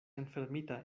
enfermita